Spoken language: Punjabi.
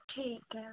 ਠੀਕ ਹੈ